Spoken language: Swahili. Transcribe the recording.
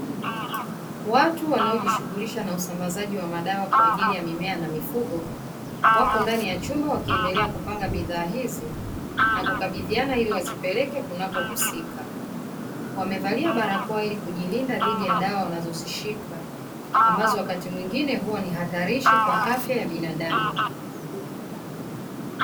Watu wanaojishughulisha na usambazaji wa madawa kwa ajili ya mimea na mifugo wako ndani ya chumba wakiendelea kupanga bidhaa hizi na kukabidhiana ili wazipeleke kunakohusika, wamevalia barakoa ili kujilinda na dawa wanazozishika ambazo wakati mwingine huwa ni hatarishi kwa afya ya binadamu.